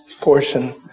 portion